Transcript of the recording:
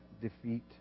defeat